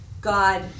God